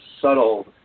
subtle